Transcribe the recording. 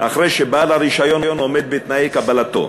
אחרי שבעל הרישיון עומד בתנאי קבלתו.